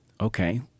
okay